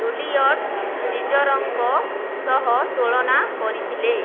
Julius ସିଜରଙ୍କ ସହ ତୁଳନା କରିଥିଲେ